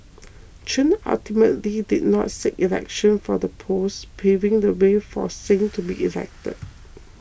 Chen ultimately did not seek election for the post paving the way for Singh to be elected